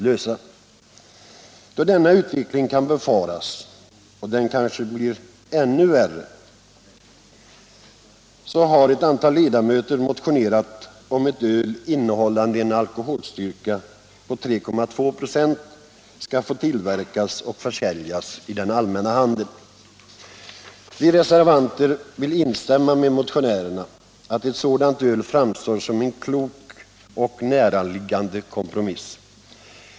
Då en sådan utveckling kan befaras har ett antal ledamöter motionerat om att ett öl med en alkoholstyrka på 3,2 96 skall få tillverkas och försäljas i den allmänna handeln. Vi reservanter vill instämma med motionärerna i att det framstår som en klok och näraliggande kompromiss.